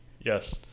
Yes